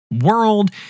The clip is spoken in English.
world